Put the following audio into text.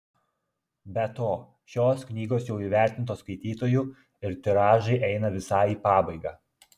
be to šios knygos jau įvertintos skaitytojų ir tiražai eina visai į pabaigą